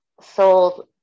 sold